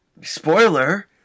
spoiler